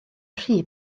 rhy